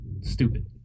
stupid